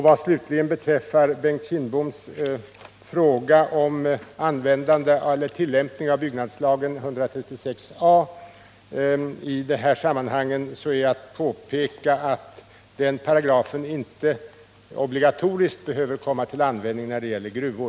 Vad beträffar Bengt Kindboms fråga om tillämpningen av 136 a § byggnadslagen i dessa sammanhang, vill jag påpeka att den paragrafen inte obligatoriskt behöver komma till användning när det gäller gruvor.